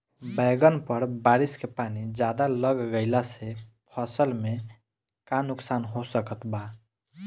बैंगन पर बारिश के पानी ज्यादा लग गईला से फसल में का नुकसान हो सकत बा?